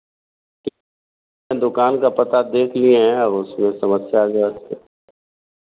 ठीक दुकान का पता देख लिए हैं अब उसमें समस्या जो